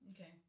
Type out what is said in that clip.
Okay